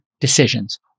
decisions